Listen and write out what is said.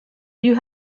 you